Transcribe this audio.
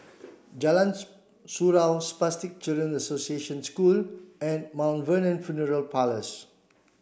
Jalan Surau Spastic Children's Association School and Mount Vernon Funeral Parlours